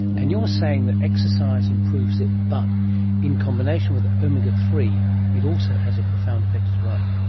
and you're saying that exercise improves it, but in combination with omega three it also has a profound effect as well.